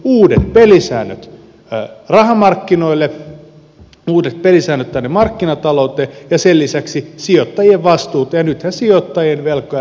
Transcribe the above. uudet pelisäännöt rahamarkkinoille uudet pelisäännöt tänne markkinatalouteen ja sen lisäksi sijoittajien vastuut ja nythän sijoittajien velkoja leikataan